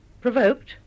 provoked